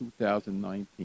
2019